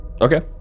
Okay